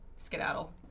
Skedaddle